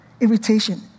irritation